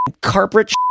carpet